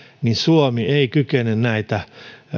ja suomi ei kykene näitä